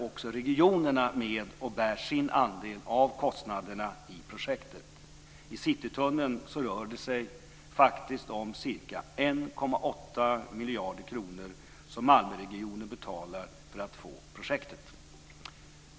Vad gäller Citytunneln rör det sig faktiskt om ca 1,8 miljarder kronor som Malmöregionen betalar för att få projektet.